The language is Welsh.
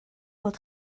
bod